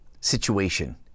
situation